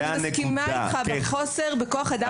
אני מסכימה איתך על החוסר בכוח אדם: